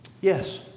yes